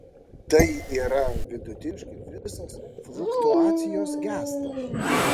tai yra vidutiniškai visos fluktuacijos gęsta